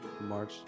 march